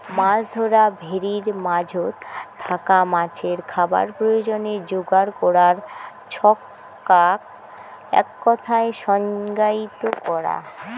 মাছ ধরা ভেরির মাঝোত থাকা মাছের খাবার প্রয়োজনে যোগার করার ছচকাক এককথায় সংজ্ঞায়িত করা